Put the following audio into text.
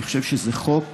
אני חושב שזה חוק